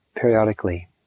periodically